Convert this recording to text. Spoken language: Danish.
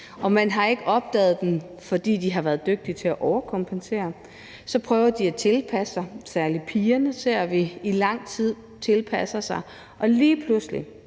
og man har ikke opdaget dem, fordi de har været dygtige til at overkompensere. De prøver at tilpasse sig. Særlig pigerne ser vi tilpasse sig i lang tid, og lige pludselig